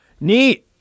Neat